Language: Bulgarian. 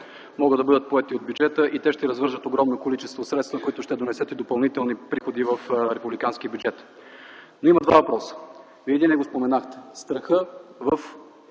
могат да бъдат поети от бюджета. Те ще развържат огромно количество средства, които ще донесат и допълнителни приходи в републиканския бюджет. Имам обаче два въпроса. Вие споменахте единия –